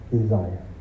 desire